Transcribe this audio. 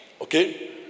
Okay